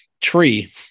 tree